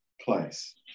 place